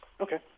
Okay